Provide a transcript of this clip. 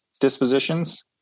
dispositions